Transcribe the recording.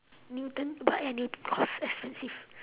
newton but ya cost expensive